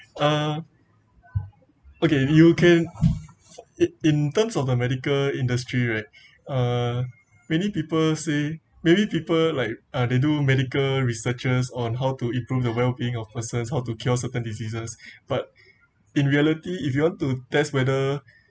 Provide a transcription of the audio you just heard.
uh okay you can in terms of the medical industry right uh many people say many people like uh they do medical researches on how to improve the well being of a person how to cure certain diseases but in reality if you want to test whether